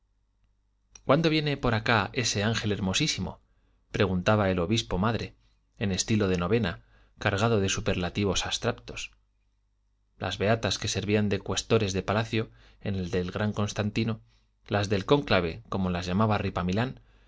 cuándo viene por acá ese ángel hermosísimo preguntaba el obispo madre en estilo de novena cargado de superlativos abstractos las beatas que servían de cuestores de palacio en el del gran constantino las del cónclave como las llamaba